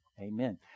Amen